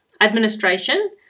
Administration